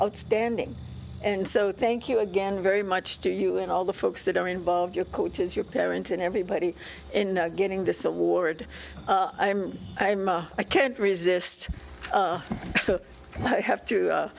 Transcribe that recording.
outstanding and so thank you again very much to you and all the folks that are involved your coaches your parents and everybody in getting this award i'm i'm i can't resist and i have to